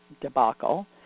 debacle